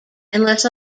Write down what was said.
unless